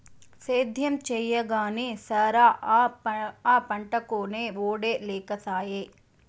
సేద్యం చెయ్యగానే సరా, ఆ పంటకొనే ఒడే లేకసాయే